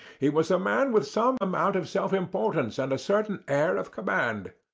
he was a man with some amount of self-importance and a certain air of command.